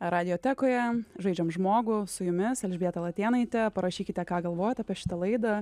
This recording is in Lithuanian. radiotekoje žaidžiam žmogų su jumis elžbieta latėnaitė parašykite ką galvojat apie šitą laidą